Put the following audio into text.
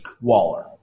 Waller